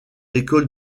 école